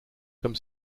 comme